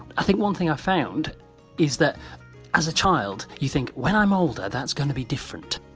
i think one thing i found is that as a child you think when i'm older that's going to be different.